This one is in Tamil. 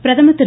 பிரதமர் திரு